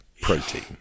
protein